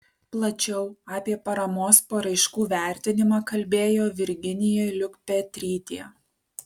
plačiau apie paramos paraiškų vertinimą kalbėjo virginija liukpetrytė